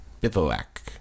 Bivouac